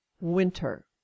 winter